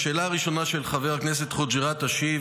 לשאלה הראשונה של חבר הכנסת חוג'יראת אשיב